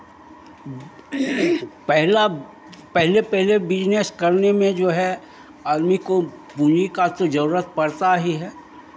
पहला पहले पहले बिज़नेस करने में जो है आदमी को पूँजी का तो जरूरत पड़ता ही है